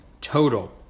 total